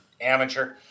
Amateur